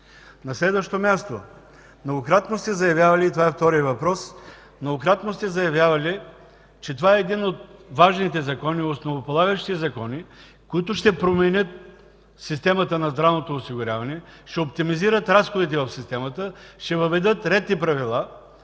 е вторият въпрос: многократно сте заявявали, че това е един от важните закони, основополагащите закони, които ще променят системата на здравното осигуряване, ще оптимизират разходите в системата, ще въведат ред и правила.